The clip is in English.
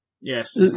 Yes